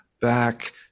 back